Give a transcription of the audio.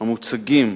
המוצגים